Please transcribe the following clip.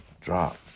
drop